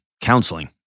counseling